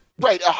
Right